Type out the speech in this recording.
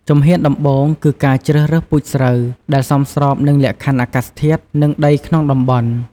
ជំហានដំបូងគឺ ការជ្រើសរើសពូជស្រូវ ដែលសមស្របនឹងលក្ខខណ្ឌអាកាសធាតុ និងដីក្នុងតំបន់។